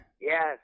Yes